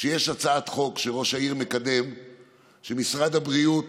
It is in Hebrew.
שיש הצעת חוק שראש העיר מקדם ושמשרד הבריאות